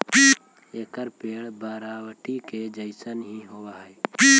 एकर पेड़ बरबटी के जईसन हीं होब हई